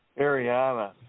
Ariana